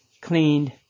cleaned